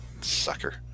sucker